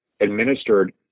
administered